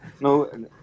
No